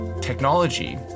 technology